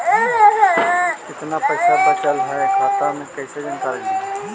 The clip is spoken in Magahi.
कतना पैसा बचल है खाता मे कैसे जानकारी ली?